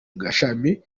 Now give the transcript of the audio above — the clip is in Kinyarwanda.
gashami